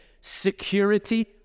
security